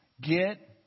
get